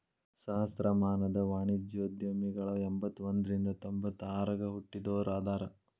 ಸಹಸ್ರಮಾನದ ವಾಣಿಜ್ಯೋದ್ಯಮಿಗಳ ಎಂಬತ್ತ ಒಂದ್ರಿಂದ ತೊಂಬತ್ತ ಆರಗ ಹುಟ್ಟಿದೋರ ಅದಾರ